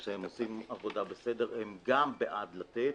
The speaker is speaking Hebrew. המשרד והם עושים עבודה בסדר גם הם בעד לתת.